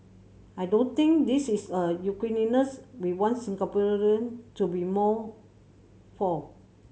I don't think this is a uniqueness we want Singaporean to be more for